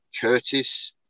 Curtis